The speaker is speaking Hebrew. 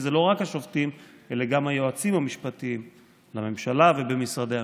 כי זה לא רק השופטים אלא גם היועצים המשפטיים לממשלה ובמשרדי הממשלה.